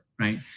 right